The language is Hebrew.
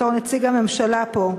בתור נציג הממשלה פה.